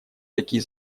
такие